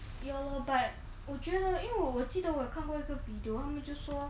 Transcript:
ya lor but 我觉得因为我我记得我有看过一个 video 他们就说